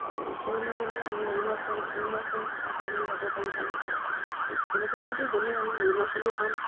আৰু ওপৰলৈ গ'লে আমি অৰুণাচল অৰুণাচল পাহাৰলৈ যাব পাৰি তাৰ আৰু এই ভৈৰৱকুণ্ডইদি গ'লে আমি অৰুণাচলো পাম